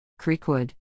Creekwood